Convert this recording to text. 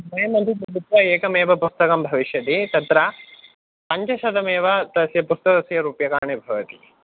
द्वयमपि मिलित्वा एकमेव पुस्तकं भविष्यति तत्र पञ्चशतमेव तस्य पुस्तकस्य रूपकाणि भवति